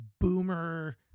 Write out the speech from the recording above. boomer